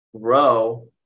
grow